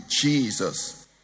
Jesus